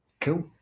Cool